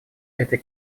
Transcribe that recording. этой